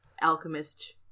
alchemist